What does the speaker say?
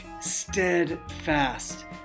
Steadfast